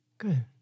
Good